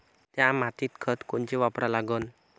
थ्या मातीत खतं कोनचे वापरा लागन?